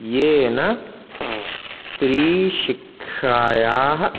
येन स्त्राीशिक्षायाः